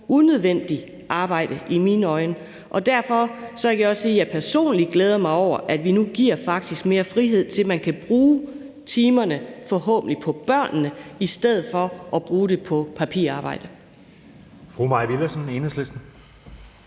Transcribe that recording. unødvendigt arbejde. Derfor vil jeg også sige, at jeg personligt glæder mig over, at vi nu faktisk giver mere frihed til, at man kan bruge timerne forhåbentlig på børnene i stedet for at bruge dem på papirarbejde. Kl. 09:59 Den fg.